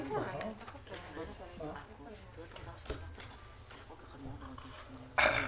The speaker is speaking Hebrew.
הצעת חוק חוזה הביטוח שהגשנו היא הצעה חשובה,